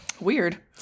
weird